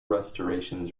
restorations